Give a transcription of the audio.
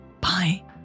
Bye